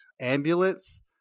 Ambulance